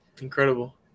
incredible